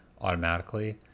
automatically